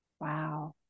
wow